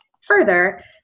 Further